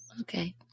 Okay